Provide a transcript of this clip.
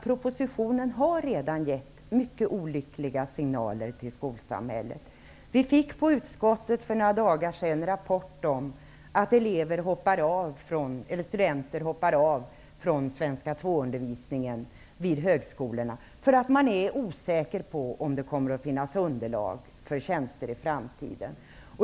Proprositionen har redan givit skolsamhället mycket olyckliga signaler. Utskottet fick för några dagar sedan rapport om att studenter vid högskolorna hoppar av från undervisningen i svenska 2 därför att de är osäkra på om det kommer att finnas underlag för tjänster i framtiden.